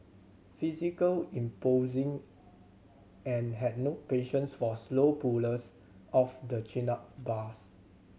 physical imposing and had no patience for slow pullers of the chin up bars